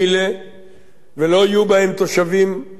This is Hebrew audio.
ולא יהיו בהם תושבים רבים מאוד,